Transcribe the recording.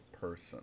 person